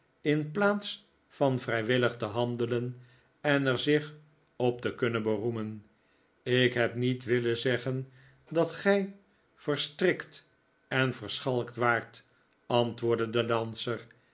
in plaats van vrijwillig te handelen en er zich op te kunnen beroemen ik heb niet willen zeggen dat gij verstrikt en verschalkt waart antwoordde de danser